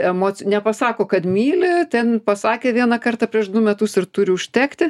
emocijų nepasako kad myli ten pasakė vieną kartą prieš du metus ir turi užtekti